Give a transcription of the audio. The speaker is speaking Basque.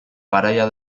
garaia